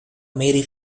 mary